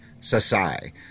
Sasai